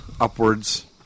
upwards